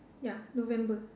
ya November